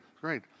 great